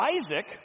Isaac